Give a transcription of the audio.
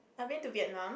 I've been to Vietnam